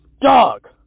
dog